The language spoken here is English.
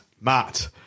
Matt